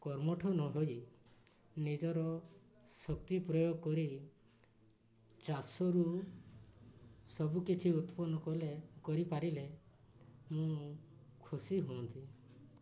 କର୍ମଠ ନ ହୋଇ ନିଜର ଶକ୍ତି ପ୍ରୟୋଗ କରି ଚାଷରୁ ସବୁକିଛି ଉତ୍ପନ୍ନ କଲେ କରିପାରିଲେ ମୁଁ ଖୁସି ହୁଅନ୍ତି